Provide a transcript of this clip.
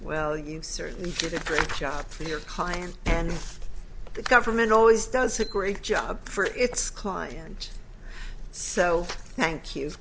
well you certainly did it for a job for your client and the government always does a great job for its client so thank you